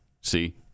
See